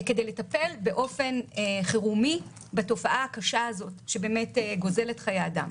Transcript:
כדי לטפל באופן חירומי בתופעה הקשה הזאת שגוזלת חיי אדם.